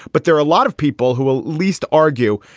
but there are a lot of people who will least argue,